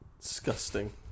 disgusting